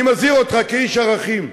אני מזהיר אותך, כאיש ערכים: